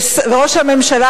וראש הממשלה,